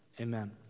Amen